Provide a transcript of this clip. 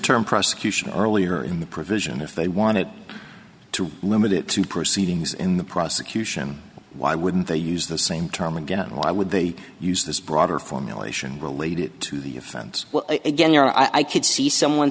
term prosecution earlier in the provision if they wanted to limit it to proceedings in the prosecution why wouldn't they use the same term again why would they use this broader formulation related to the offense again i could see someone